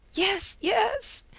yes, yes,